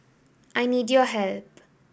I need your help